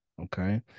Okay